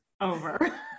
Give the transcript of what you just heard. over